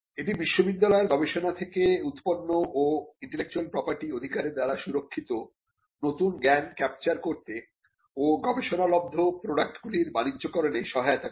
এটি বিশ্ববিদ্যালয়ের গবেষণা থেকে উৎপন্ন ও ইন্টেলেকচুয়াল প্রপার্টি অধিকারের দ্বারা সুরক্ষিত নতুন জ্ঞান ক্যাপচার করতে ও গবেষণালব্ধ প্রডাক্টগুলির বাণিজ্যকরনে সহায়তা করে